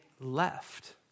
left